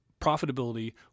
profitability